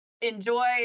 enjoy